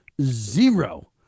zero